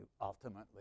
ultimately